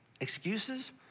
excuses